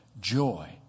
joy